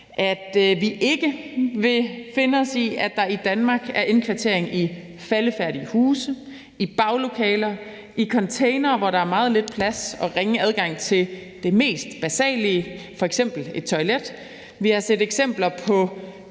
at vi ikke vil finde os i, at der er indkvartering i faldefærdige huse, i baglokaler, i containere, hvor der er meget lidt plads og ringe adgang til det mest basale, f.eks. et toilet. Vi har set eksempler på